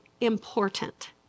important